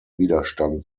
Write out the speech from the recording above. widerstand